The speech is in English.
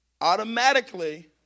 Automatically